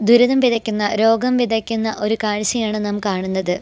ദുരിതം വിതയ്ക്ക്ന്ന രോഗം വിതയ്ക്കുന്ന ഒര് കാഴ്ച്ചയാണ് നാം കാണുന്നത്